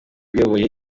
uyoboye